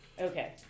Okay